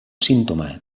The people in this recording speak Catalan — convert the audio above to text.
símptoma